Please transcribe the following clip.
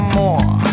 more